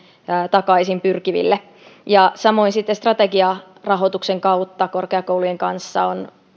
takaisin pyrkiville ja samoin sitten strategiarahoituksen kautta korkeakoulujen kanssa